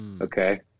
Okay